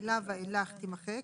המילה "ואילך" תימחק,